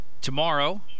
tomorrow